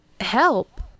help